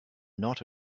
not